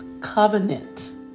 Covenant